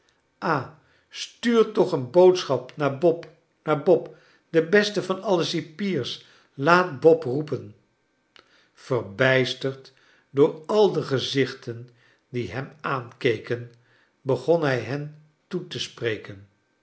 stuur toch een boodschap naar bob naar bob de beste van alle cipiers laat bob roepen verbijsterd door al de gezichten die hem aankeken begon hij hen toe te spreken